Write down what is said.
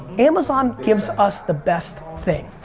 amazon gives us the best thing.